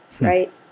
right